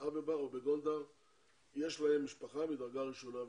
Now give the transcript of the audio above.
אבבה או בגונדר ויש להם משפחה מדרגה ראשונה בישראל.